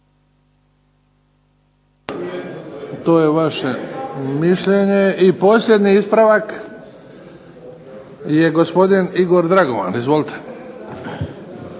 To je vaše mišljenje. I posljednji ispravak, je gospodin Igor Dragovan. Izvolite.